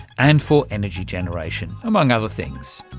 and for energy generation, among other things.